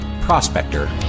Prospector